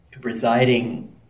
residing